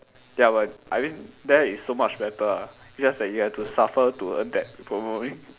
ya but I mean there is so much better ah just that you have to suffer to earn that promo only